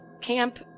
camp